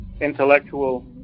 intellectual